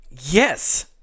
Yes